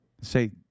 Say